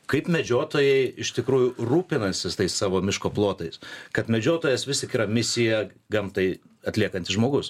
kaip medžiotojai iš tikrųjų rūpinasi tais savo miško plotais kad medžiotojas vis tik yra misiją gamtai atliekantis žmogus